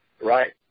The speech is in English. Right